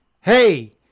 hey